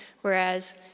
Whereas